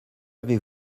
avez